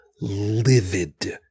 livid